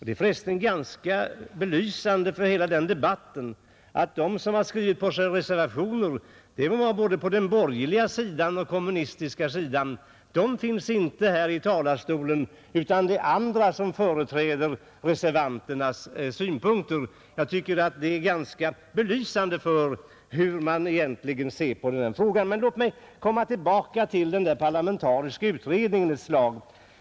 Det är förresten ganska belysande för hela debatten att de som har skrivit under reservationerna — såväl på den borgerliga som på den kommunistiska sidan — inte uppträder här i talarstolen, utan det är andra som företräder reservanternas synpunkter. Jag tycker att det är belysande för hur man egentligen ser på den här frågan. Men låt mig komma tillbaka till den parlamentariska utredningen ett slag.